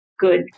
Good